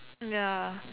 mm ya